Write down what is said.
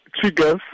triggers